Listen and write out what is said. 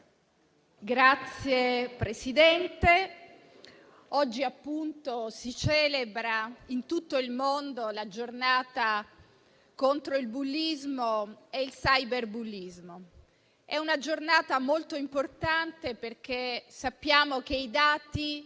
Signor Presidente, oggi si celebra in tutto il mondo la Giornata contro il bullismo e il cyberbullismo. È una giornata molto importante perché sappiamo che in